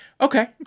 Okay